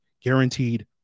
guaranteed